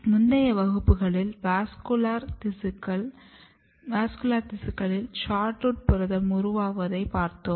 முந்தய வகுப்புகளில் வாஸ்குலர் திசுக்களில் SHORT ROOT புரதம் உருவாவதை பார்த்தோம்